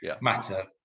matter